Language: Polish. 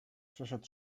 przeszedł